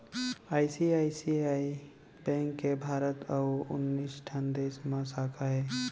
ICICI bank के भारत अउ उन्नीस ठन देस म साखा हे